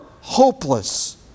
hopeless